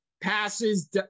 passes